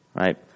Right